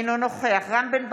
אינו נוכח רם בן ברק,